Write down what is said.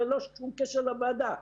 ללא קשר לוועדה,